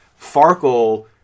Farkle